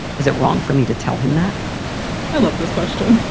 is it wrong for me to tell him that i love this question?